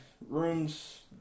rooms